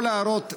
כל ההערות,